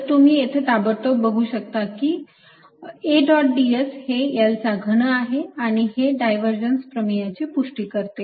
तर तुम्ही येथे ताबडतोब बघू शकता की A डॉट ds हे L चा घन आहे आणि हे डायव्हर्जेंस प्रमेयची पुष्टी करते